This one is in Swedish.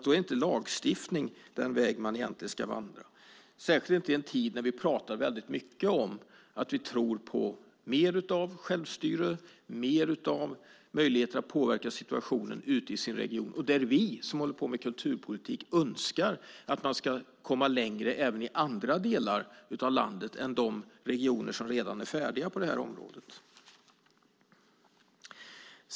Då är inte lagstiftning den väg man ska vandra, särskilt inte i en tid när vi pratar väldigt mycket om att vi tror på mer av självstyre och mer av möjligheter att påverka situationen ute i regionerna, där vi som håller på med kulturpolitik önskar att man ska komma längre även i andra delar av landet än de regioner som redan är färdiga på det här området.